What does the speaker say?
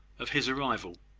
of his arrival.